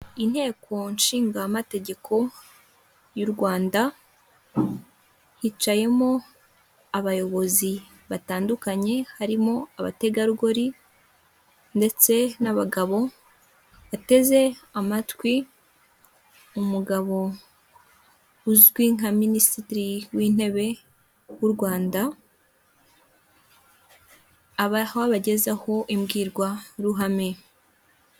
Inteko Ishinga amategeko y'u Rwanda, hicayemo abayobozi batandukanye, harimo abategarugori ndetse n'abagabo bateze amatwi, umugabo uzwi nka Minisitiri w'intebe w'u Rwanda aho abagezaho imbwirwaruhame.